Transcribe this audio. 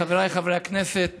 חבריי חברי הכנסת